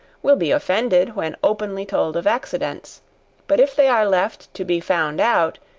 will be offended when openly told of accidents but if they are left to be found out,